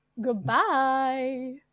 Goodbye